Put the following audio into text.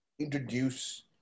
introduce